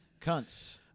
Cunts